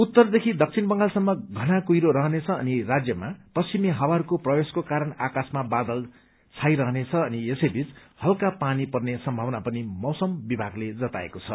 उत्तरदेखि दक्षिण बंगालसम्म घटना कुइरो रहनेछ अनि राज्यमा पश्चिमी हावाहरूको प्रवेशको कारण आकाशमा बादल छाइरहनेछ अनि यसै बीच हल्का पानी पर्ने सम्भावना पनि मौसम विभागले जनाएको छ